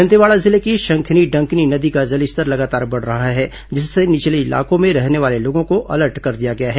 दंतेवाड़ा जिले की शंखिनी डंकिनी नदी का जलस्तर लगातार बढ़ रहा है जिससे निचले इलाकों में रहने वाले लोगों को अलर्ट कर दिया गया है